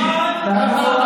אני אזכיר את זה.